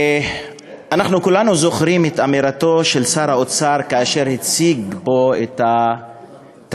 אנחנו כולנו זוכרים את אמירתו של שר האוצר כאשר הציג פה את התקציב,